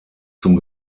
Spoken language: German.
zum